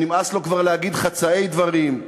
שנמאס לו כבר להגיד חצאי דברים.